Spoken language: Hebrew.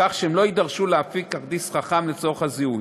כך שהן לא יידרשו להנפיק כרטיס חכם לצורך הזיהוי.